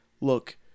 look